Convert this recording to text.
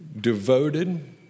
devoted